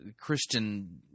Christian